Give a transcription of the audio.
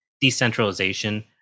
decentralization